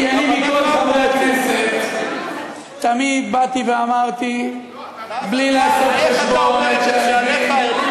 כי אני מכל חברי הכנסת תמיד באתי ואמרתי בלי לעשות חשבון את שעל לבי,